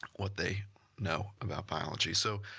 what they know about biology. so,